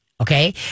Okay